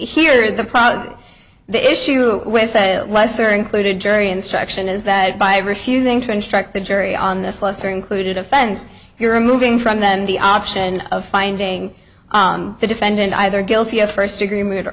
problem the issue with a lesser included jury instruction is that by refusing to instruct the jury on this lesser included offense you're removing from them the option of finding the defendant either guilty of first degree murder